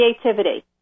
creativity